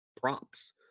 props